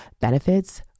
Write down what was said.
benefits